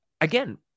again